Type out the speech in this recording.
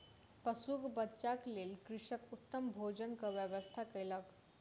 पशुक बच्चाक लेल कृषक उत्तम भोजनक व्यवस्था कयलक